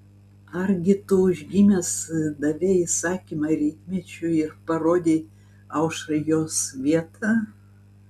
argi tu užgimęs davei įsakymą rytmečiui ir parodei aušrai jos vietą